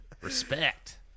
Respect